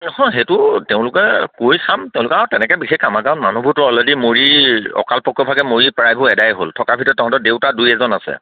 হয় সেইটো তেওঁলোকে কৈ চাম তেওঁলোকে আৰু তেনেকে বেছ কামা কাম মানুহোবোৰো অলৰেডি মৰি অকাল পক্ষ ভাগে মৰি প্ৰায়বোৰ এদাই হ'ল থকাৰ ভিতৰত তহঁতে দেউতা দুই এজন আছে